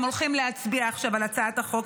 הולכים להצביע עכשיו על הצעת החוק,